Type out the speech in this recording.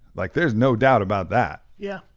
like there's no doubt about that. yeah.